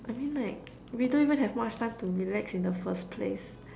I mean like we don't even have much time to relax in the first place